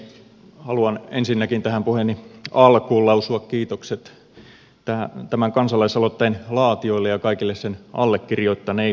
haluan ensinnäkin tähän puheeni alkuun lausua kiitokset tämän kansalaisaloitteen laatijoille ja kaikille sen allekirjoittaneille